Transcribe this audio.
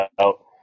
out